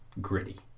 gritty